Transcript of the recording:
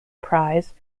prize